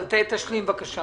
תשלים את הדברים.